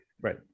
right